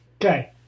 Okay